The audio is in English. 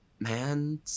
Man